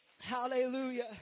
Hallelujah